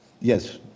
Yes